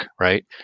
right